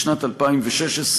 בשנת 2016,